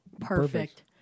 Perfect